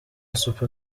super